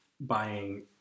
buying